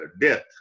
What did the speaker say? death